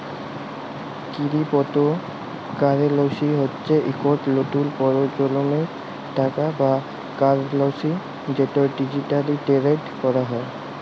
crypto currency হচ্যে ইকট লতুল পরজলমের টাকা বা কারেলসি যেট ডিজিটালি টেরেড ক্যরা হয়